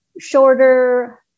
shorter